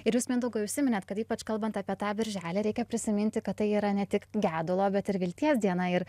ir jūs mindaugai užsiminėt kad ypač kalbant apie tą birželį reikia prisiminti kad tai yra ne tik gedulo bet ir vilties diena ir